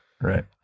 right